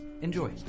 Enjoy